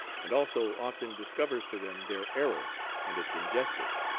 and also often discovers to them their error and its injustice.